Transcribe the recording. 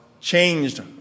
changed